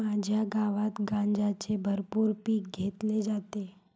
माझ्या गावात गांजाचे भरपूर पीक घेतले जाते